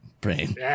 brain